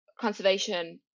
conservation